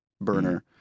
burner